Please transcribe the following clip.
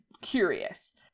curious